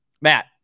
matt